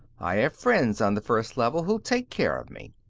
i have friends on the first level who'll take care of me.